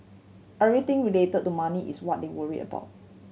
everything related to money is what they worry about